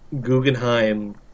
Guggenheim